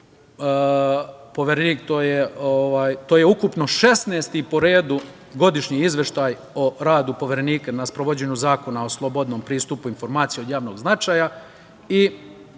je ukupno 16. po redu godišnji izveštaj o radu Poverenika na sprovođenju Zakona o slobodnom pristupu informacijama od javnog značaja